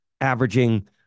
averaging